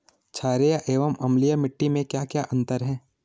छारीय एवं अम्लीय मिट्टी में क्या क्या अंतर हैं?